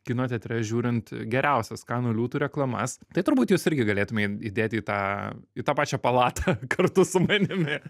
kino teatre žiūrint geriausias kanų liūtų reklamas tai turbūt jūs irgi galėtume įdėti į tą į tą pačią palatą kartu su manimi